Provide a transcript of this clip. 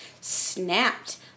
snapped